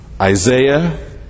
Isaiah